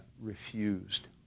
refused